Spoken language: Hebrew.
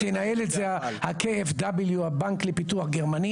תנהל את זה ה- -- הבנק לפיתוח גרמני